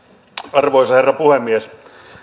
arvoisa herra puhemies